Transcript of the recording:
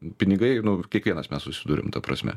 pinigai nu kiekvienas mes susiduriam ta prasme